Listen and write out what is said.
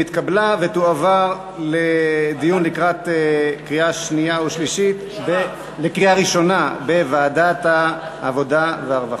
התקבלה ותועבר לדיון לקראת קריאה ראשונה בוועדת העבודה והרווחה.